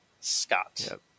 Scott